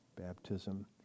baptism